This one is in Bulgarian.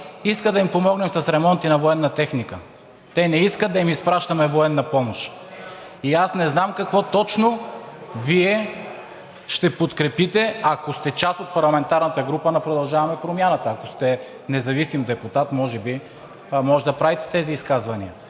иска да им помогнем с ремонти на военна техника. Те не искат да им изпращаме военна помощ! И аз не знам какво точно Вие ще подкрепите, ако сте част от парламентарната група на „Продължаваме Промяната“. Ако сте независим депутат, може би може да правите тези изказвания.